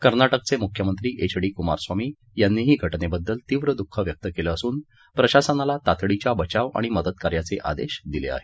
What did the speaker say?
कर्नाटकाचे मुख्यमंत्री H D Kumaraswamy यांनीही घटनेबद्दल तीव्र दुःख व्यक्त केलं असून प्रशासनाला तातडीच्या बचाव आणि आणि मदतकार्याचे आदेश दिले आहेत